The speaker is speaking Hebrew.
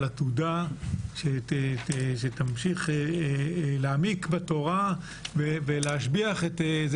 עתודה שתמשיך להעמיק בתורה ולהשביח את הידע.